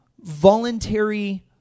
voluntary